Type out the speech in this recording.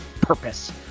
purpose